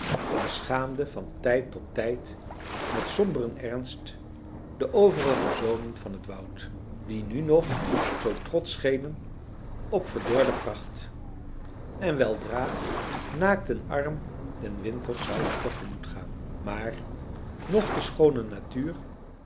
beschaamde van tijd tot tijd met somberen ernst de overige zonen van het woud die nu nog zoo trotsch schenen op verdorde pracht en weldra naakt en arm den winter zouden tegemoet gaan maar noch de schoone natuur